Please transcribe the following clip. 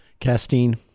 Castine